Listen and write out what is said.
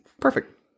perfect